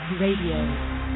Radio